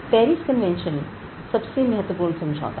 Paris convention सबसे महत्वपूर्ण समझौता है